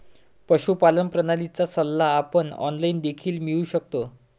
पशुपालन प्रणालीचा सल्ला आपण ऑनलाइन देखील मिळवू शकतो